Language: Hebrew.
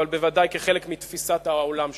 אבל בוודאי כחלק מתפיסת העולם שלהם.